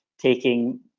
taking